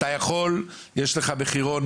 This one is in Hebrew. אתה יכול, יש לך מחירון.